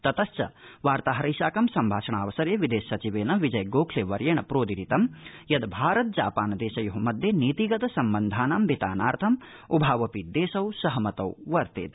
ततश्च वार्ताहैरेस्साकं सम्भाषणावसरे विदेश सचिवेन विजय गोखले वर्येण प्रोदीरितं यद् भारत जापान देशयो मध्ये नीतिगत सम्बन्धानां वितानार्थम् उभावपि देशौ सहमतौ जातौ वर्तेते